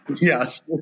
Yes